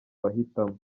bahitamo